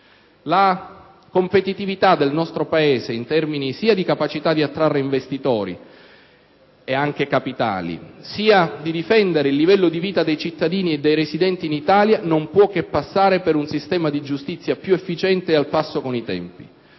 La competitività del nostro Paese, in termini sia di capacità di attrarre investitori, e anche capitali, sia di difendere il livello di vita dei cittadini e dei residenti in Italia, non può che passare per un sistema di giustizia più efficiente e al passo con i tempi.